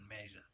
measures